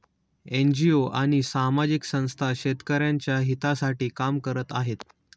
NGO आणि सामाजिक संस्था शेतकऱ्यांच्या हितासाठी काम करत आहेत